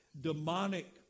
demonic